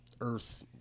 earth